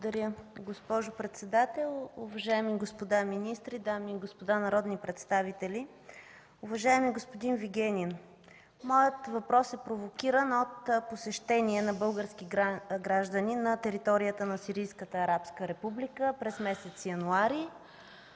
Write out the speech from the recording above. Благодаря, госпожо председател. Уважаеми господа министри, дами и господа народни представители! Уважаеми господин Вигенин, моят въпрос е провокиран от посещение на български гражданин на територията на Сирийската арабска република през месец януари.